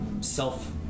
Self